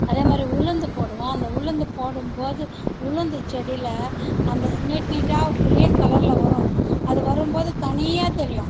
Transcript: அதே மாதிரி உளுந்து போடுவோம் அந்த உளுந்து போடும்போது உளுந்து செடியில் அந்த நீட் நீட்டாக கிரீன் கலரில் வரும் அது வரும்போது தனியாக தெரியும்